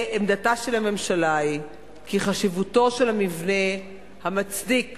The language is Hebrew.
עמדתה של הממשלה היא כי חשיבותו של המבנה מצדיקה